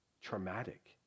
traumatic